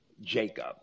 Jacob